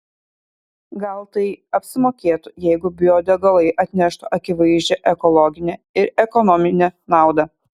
gal tai apsimokėtų jeigu biodegalai atneštų akivaizdžią ekologinę ir ekonominę naudą